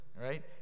right